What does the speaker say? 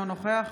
אינו נוכח